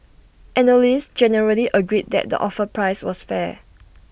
analysts generally agreed that the offer price was fair